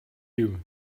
you